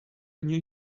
new